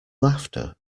laughter